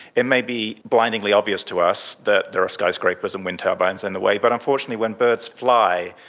it may be blindingly obvious to us that there are skyscrapers and wind turbines in the way, but unfortunately when birds fly,